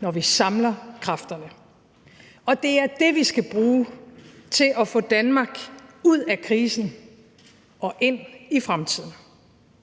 når vi samler kræfterne. Det er det, vi skal bruge til at få Danmark ud af krisen og ind i fremtiden.